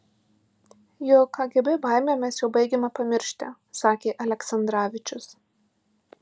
juk kgb baimę mes jau baigiame pamiršti sakė aleksandravičius